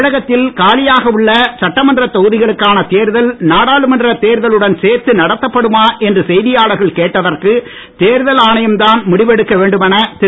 தமிழகத்தில் காலியாக உள்ள சட்டமன்றத் தொகுதிகளுக்கான தேர்தல் நாடாளுமன்றத் தேர்தலுடன் சேர்த்து நடத்தப்படுமா என்று செய்தியாளர்கள் கேட்டதற்கு தேர்தல் ஆணையம்தான் முடிவெடுக்க வேண்டுமென திரு